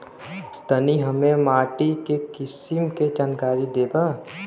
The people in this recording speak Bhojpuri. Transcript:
तनि हमें माटी के किसीम के जानकारी देबा?